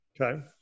Okay